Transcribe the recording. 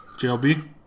JLB